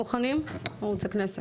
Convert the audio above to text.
אתם בסדר, מוכנים, ערוץ הכנסת?